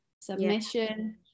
submission